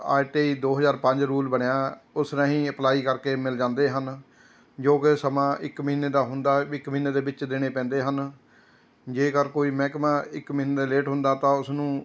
R T I ਦੋ ਹਜ਼ਾਰ ਪੰਜ ਰੂਲ ਬਣਿਆ ਹੈ ਉਸ ਰਾਹੀਂ ਅਪਲਾਈ ਕਰਕੇ ਮਿਲ ਜਾਂਦੇ ਹਨ ਜੋ ਕਿ ਸਮਾਂ ਇੱਕ ਮਹੀਨੇ ਦਾ ਹੁੰਦਾ ਹੈ ਵੀ ਇੱਕ ਮਹੀਨੇ ਦੇ ਵਿੱਚ ਦੇਣੇ ਪੈਂਦੇ ਹਨ ਜੇਕਰ ਕੋਈ ਮਹਿਕਮਾ ਇੱਕ ਮਹੀਨੇ ਤੋਂ ਲੇਟ ਹੁੰਦਾ ਤਾਂ ਉਸਨੂੰ